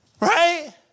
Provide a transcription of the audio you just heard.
Right